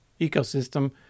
ecosystem